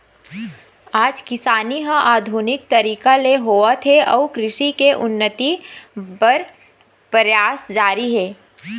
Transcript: आज किसानी ह आधुनिक तरीका ले होवत हे अउ कृषि के उन्नति बर परयास जारी हे